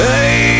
Hey